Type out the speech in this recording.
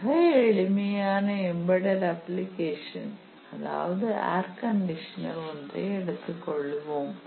மிக எளிமையான embed application அதாவது ஏர்கண்டிஷனர் ஒன்றை எடுத்துக் கொள்வோம்